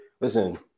listen